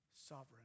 sovereign